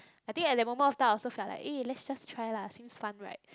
I think at that moment of time I also felt like eh let's just try lah seems fun right